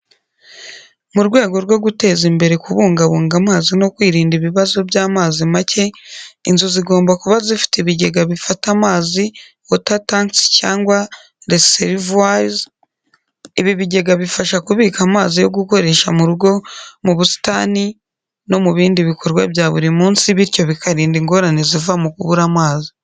Mu rwego rwo guteza imbere kubungabunga amazi no kwirinda ibibazo by’amazi make, inzu zigomba kuba zifite ibigega bifata amazi (water tanks cyangwa reservoirs). Ibi bigega bifasha kubika amazi yo gukoresha mu rugo, mu busitani, no mu bindi bikorwa bya buri munsi, bityo bikarinda ingorane ziva ku kubura amazi.